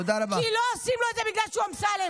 כי לא עושים לו את זה בגלל שהוא אמסלם,